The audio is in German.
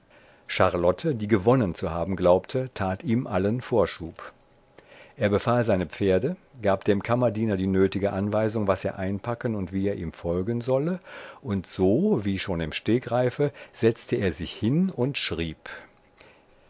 charlotte die gewonnen zu haben glaubte tat ihm allen vorschub er befahl seine pferde gab dem kammerdiener die nötige anweisung was er einpacken und wie er ihm folgen solle und so wie schon im stegreife setzte er sich hin und schrieb